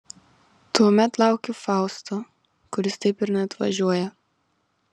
tuomet laukiu fausto kuris taip ir neatvažiuoja